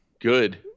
Good